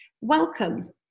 Welcome